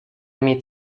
mieć